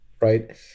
right